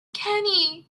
kenny